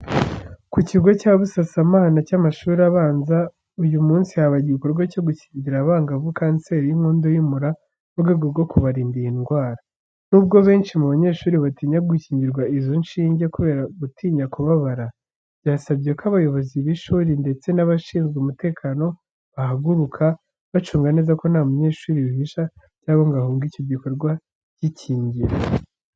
Ku kigo cya Busasamana cy’amashuri abanza, uyu munsi habaye igikorwa cyo gukingira abangavu kanseri y’inkondo y’umura mu rwego rwo kubarinda iyo ndwara. N'ubwo benshi mu banyeshuri batinya gukingirwa izo nshinge kubera gutinya kubabara, byasabye ko abayobozi b’ishuri ndetse n’abashinzwe umutekano bahaguruka, bacunga neza ko nta munyeshuri wihisha cyangwa ngo ahunge icyo gikorwa cy’ikingira.